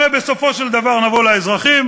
הרי בסופו של דבר נבוא לאזרחים,